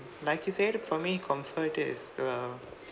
like you said for me comfort is err